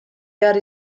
behar